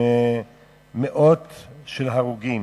עם מאות של הרוגים.